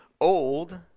old